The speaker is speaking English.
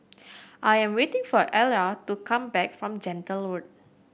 I am waiting for Ayla to come back from Gentle Road